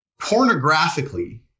pornographically